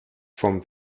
from